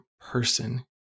person